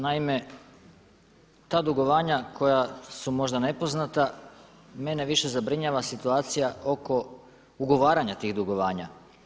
Naime, ta dugovanja koja su možda nepoznata mene više zabrinjava situacija oko ugovaranja tih dugovanja.